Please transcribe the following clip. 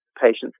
patients